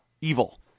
evil